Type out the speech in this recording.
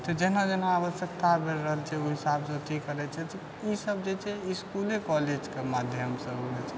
तऽ जेना जेना आवश्यकता बढ़ि रहल छै ओइ हिसाबसँ अथी करै छै तऽ ई सब जे छै इसकुले कॉलेज के माधयमसँ होइ छै